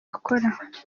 akora